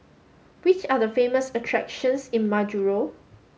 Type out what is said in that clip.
which are the famous attractions in Majuro